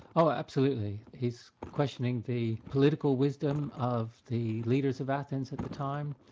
oh absolutely, he's questioning the political wisdom of the leaders of athens at the time,